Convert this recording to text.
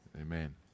Amen